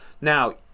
Now